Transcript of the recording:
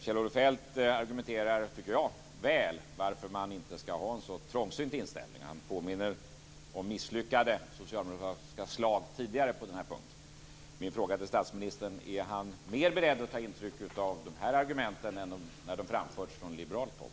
Kjell-Olof Feldt argumenterar väl, tycker jag, för varför man inte ska ha en sådan trångsynt inställning. Han påminner om misslyckade socialdemokratiska slag tidigare på denna punkt. Är han mer beredd att ta intryck av de här argumenten nu än när de framförts från liberalt håll?